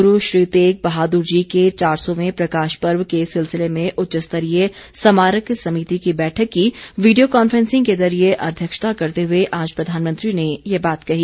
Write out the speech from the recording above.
गुरु श्री तेग बहादुर जी के चार सौवें प्रकाश पर्व के सिलसिले में उच्च स्तरीय स्मारक समिति की बैठक की वीडियो कॉन्फ्रेंसिंग के जरिए अध्यक्षता करते हुए आज प्रधानमंत्री ने यह बात कही